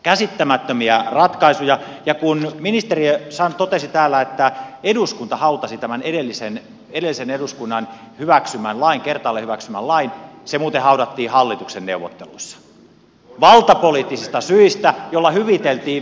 käsittämättömiä ratkaisuja ja kun ministeri totesi täällä että eduskunta hautasi tämän edellisen eduskunnan kertaalleen hyväksymän lain se muuten haudattiin hallituksen neuvotteluissa valtapoliittisista syistä joilla hyviteltiin vihreitä